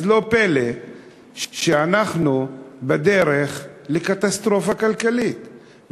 אז לא פלא שאנחנו בדרך לקטסטרופה כלכלית.